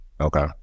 Okay